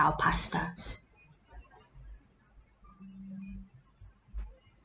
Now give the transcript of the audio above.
our pastas